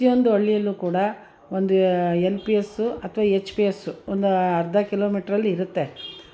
ಪ್ರತಿಯೊಂದು ಹಳ್ಳಿಯಲ್ಲೂ ಕೂಡ ಒಂದು ಎಲ್ ಪಿ ಯಸು ಅಥ್ವಾ ಹೆಚ್ ಪಿ ಯಸ್ಸು ಒಂದು ಅರ್ಧ ಕಿಲೋಮೀಟ್ರಲ್ಲಿ ಇರುತ್ತೆ